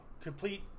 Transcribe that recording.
Complete